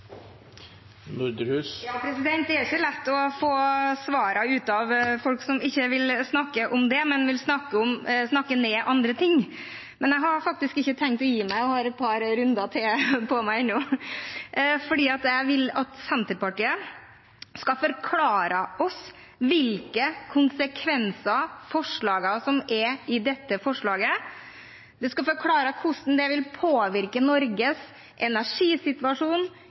ikke lett å få svarene ut av folk som ikke vil snakke om saken, men heller vil snakke ned andre ting. Men jeg har faktisk ikke tenkt å gi meg, og jeg har et par runder til på meg ennå. Jeg vil at Senterpartiet skal forklare oss hvilke konsekvenser forslagene som ligger i dette representantforslaget, vil få. De skal forklare hvordan det vil påvirke Norges energisituasjon,